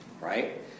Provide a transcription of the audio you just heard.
right